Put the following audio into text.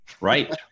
Right